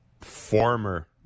former